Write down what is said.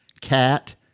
cat